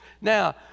Now